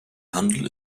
handel